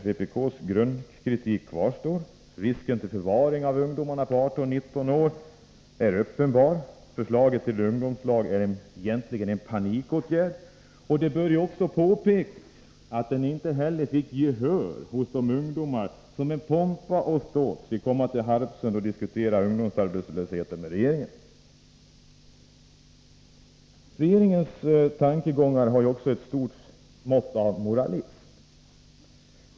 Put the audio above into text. Vpk:s grundkritik kvarstår: risken för förvaring av ungdomar på 18-19 år är uppenbar. Förslaget till ungdomslag är egentligen en panikåtgärd. Det bör också påpekas att det inte heller fick gehör hos de ungdomar som med pompa och ståt fick komma till Harpsund och diskutera ungdomsarbetslösheten med regeringen. Regeringens tankegångar har också ett stort mått av moralism.